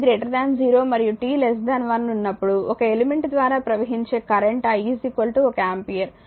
5 t0 మరియు t1 ఉన్నప్పుడు ఒక ఎలిమెంట్ ద్వారా ప్రవహించే కరెంట్ i ఒక ఆంపియర్